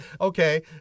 okay